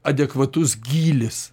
adekvatus gylis